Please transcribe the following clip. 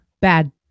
bad